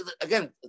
again